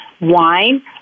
wine